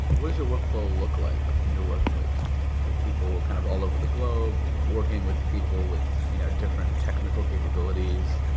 what does your workflow look like when you're working with with people kind of all over the globe, working with the people with you know different technical capabilities,